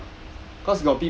ah